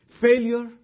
Failure